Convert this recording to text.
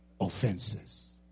Offenses